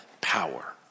power